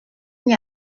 n’y